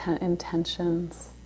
intentions